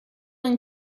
and